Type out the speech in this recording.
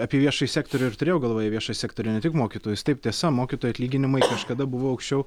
apie viešąjį sektorių ir turėjau galvoje viešąjį sektorių ne tik mokytojus tai tiesa mokytojų atlyginimai kažkada buvo aukščiau